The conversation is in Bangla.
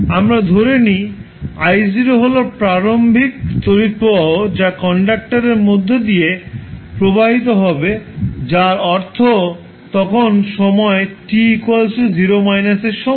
আমরা ধরে নিই I0 হল প্রারম্ভিক তড়িৎ প্রবাহ যা কন্ডাক্টরের মধ্য দিয়ে প্রবাহিত হবে যার অর্থ তখন সময় t 0− এর সমান